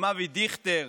עם אבי דיכטר,